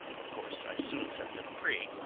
of course i soon set them free,